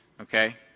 Okay